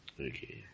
Okay